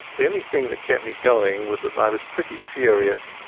the only thing that kept me going was that i was pretty furious.